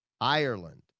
Ireland